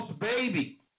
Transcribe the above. Baby